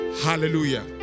Hallelujah